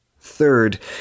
Third